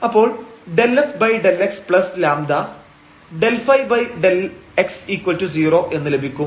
അപ്പോൾ ∂f∂xλ ∂ϕ∂x0 എന്ന് ലഭിക്കും